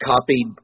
copied